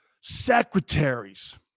secretaries